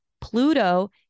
Pluto